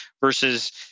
versus